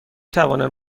توانم